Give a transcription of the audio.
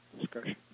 discussion